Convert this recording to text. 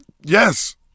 Yes